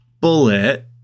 bullet